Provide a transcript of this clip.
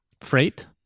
Freight